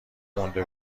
مونده